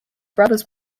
brothers